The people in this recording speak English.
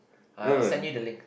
I'll I'll send you the link